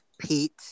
Pete